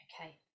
Okay